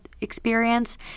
experience